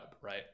right